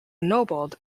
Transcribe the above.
ennobled